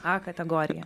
a kategorija